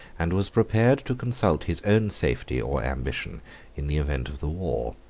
and was prepared to consult his own safety or ambition in the event of the war.